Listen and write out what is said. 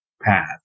path